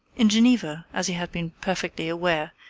in geneva, as he had been perfectly aware,